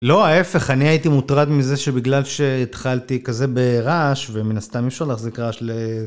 לא, ההפך, אני הייתי מוטרד מזה שבגלל שהתחלתי כזה ברעש ומן הסתם אי אפשר להחזיק רעש ל..